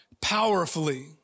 powerfully